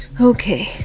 Okay